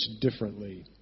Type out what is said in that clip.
differently